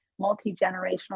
multi-generational